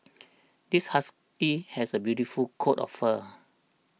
this husky has a beautiful coat of fur